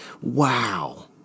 wow